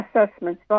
Assessments